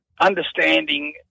understanding